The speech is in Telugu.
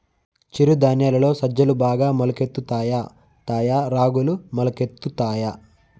చిరు ధాన్యాలలో సజ్జలు బాగా మొలకెత్తుతాయా తాయా రాగులు మొలకెత్తుతాయా